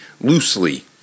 loosely